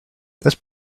that’s